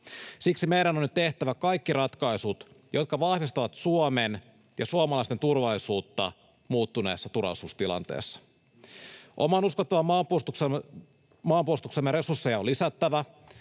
Siksi meidän on nyt tehtävä kaikki ratkaisut, jotka vahvistavat Suomen ja suomalaisten turvallisuutta muuttuneessa turvallisuustilanteessa. Oman uskottavan maanpuolustuksemme resursseja on lisättävä,